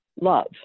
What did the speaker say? love